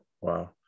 Wow